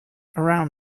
around